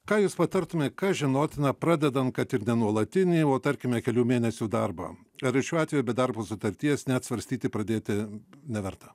ką jūs patartume kas žinotina pradedant kad ir nuolatinį o tarkime kelių mėnesių darbą ar ir šiuo atveju be darbo sutarties net svarstyti pradėti neverta